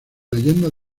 leyendas